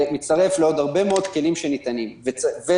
זה מצטרף לעוד הרבה מאוד כלים שניתנים ולעובדה